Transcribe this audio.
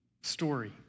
story